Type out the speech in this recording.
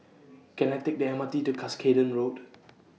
Can I Take The M R T to Cuscaden Road